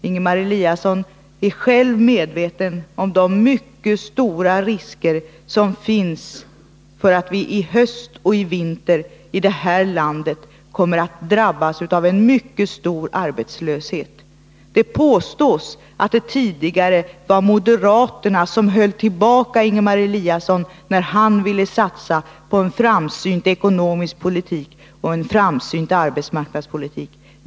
Ingemar Eliasson är själv medveten om de mycket stora risker som finns för att vi i det här landet i höst och i vinter kommer att drabbas av en mycket stor arbetslöshet. Det påstås att det tidigare var moderaterna som höll tillbaka Ingemar Eliasson när han ville satsa på en framsynt ekonomisk politik och en framsynt arbetsmarknadspolitik.